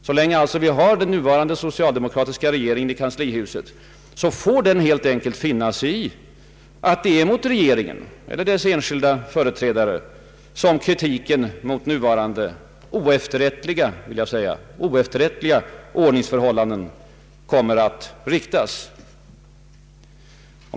Så länge vi alltså har den nuvarande socialdemokratiska regeringen i kanslihuset får den helt enkelt finna sig i att det är mot rege ringen eller dess enskilda företrädare som kritiken mot nuvarande oefterrättliga, vill jag säga, ordningsförhållanden kommer att riktas.